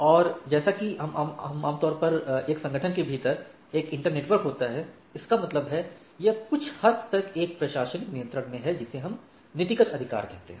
और जैसा कि आम तौर पर एक संगठनों के भीतर एक इंटर नेटवर्क होता है इसका मतलब है यह कुछ हद तक एक प्रशासनिक नियंत्रण में है जिसे हम नीतिगत अधिकार कहते हैं